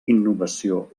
innovació